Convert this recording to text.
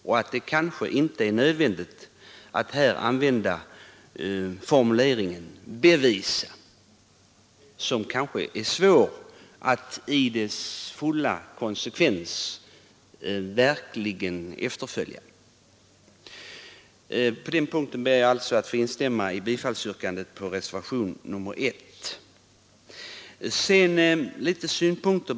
Det är kanske inte nödvändigt att använda ordet bevisa, som kan bli svårt att till fullo efterleva. I det stycket ber jag alltså att få instämma i yrkandet om bifall till reservationen 1.